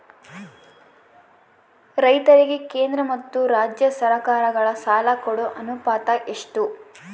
ರೈತರಿಗೆ ಕೇಂದ್ರ ಮತ್ತು ರಾಜ್ಯ ಸರಕಾರಗಳ ಸಾಲ ಕೊಡೋ ಅನುಪಾತ ಎಷ್ಟು?